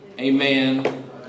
amen